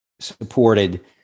supported